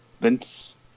Vince